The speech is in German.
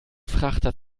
frachter